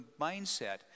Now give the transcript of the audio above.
mindset